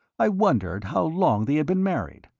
i wondered how long they had been married,